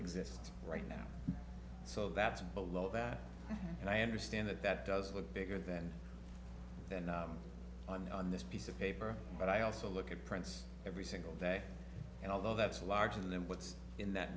exist right now so that's below that and i understand that that does look bigger than that on this piece of paper but i also look at prints every single day and although that's a large and what's in that